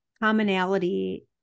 commonality